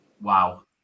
Wow